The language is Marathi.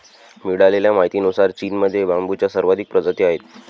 मिळालेल्या माहितीनुसार, चीनमध्ये बांबूच्या सर्वाधिक प्रजाती आहेत